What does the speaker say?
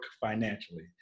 financially